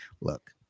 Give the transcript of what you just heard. look